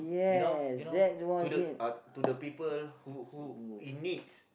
you know you know to the uh to the people who who in needs